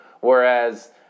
Whereas